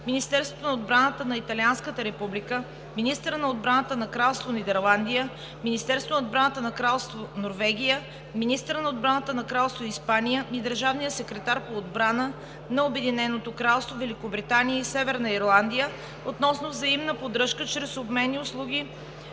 Министерството на отбраната на Италианската република, министъра на отбраната на Кралство Нидерландия, Министерството на отбраната на Кралство Норвегия, министъра на отбраната на Кралство Испания и държавния секретар по отбрана на Обединеното кралство Великобритания и Северна Ирландия относно взаимна поддръжка чрез обмен на услуги